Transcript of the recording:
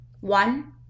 One